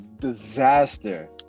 disaster